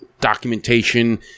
documentation